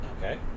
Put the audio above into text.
Okay